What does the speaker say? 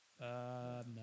No